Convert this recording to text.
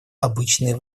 обычные